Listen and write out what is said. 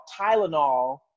Tylenol